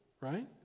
right